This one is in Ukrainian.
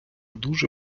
дуже